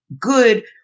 good